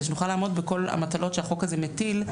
כדי שנוכל לעמוד בכל המטלות שהחוק הזה מטיל,